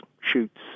shoots